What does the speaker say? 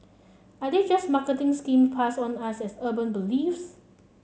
are they just marketing scheme passed on as urban beliefs